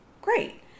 Great